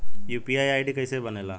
UPI ID कैसे बनेला?